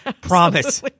Promise